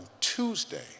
Tuesday